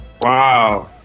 Wow